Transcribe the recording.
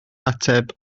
ateb